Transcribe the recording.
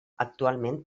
actualment